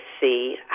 see